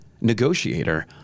negotiator